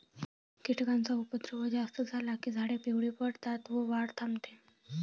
कीटकांचा उपद्रव जास्त झाला की झाडे पिवळी पडतात व वाढ थांबते